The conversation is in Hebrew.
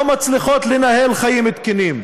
לא מצליחות לנהל חיים תקינים.